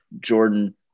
Jordan